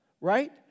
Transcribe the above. right